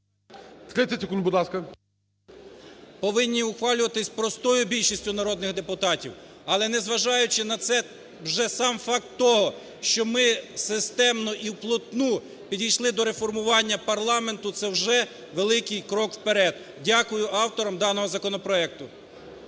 ласка. СОЛОВЕЙ Ю.І. …повинні ухвалюватись простою більшістю народних депутатів. Але, незважаючи на це, вже сам факт того, що ми системно і вплотну підійшли до реформування парламенту, – це вже великий крок вперед. Дякую авторам даного законопроекту.